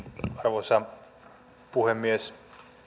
arvoisa puhemies